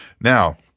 Now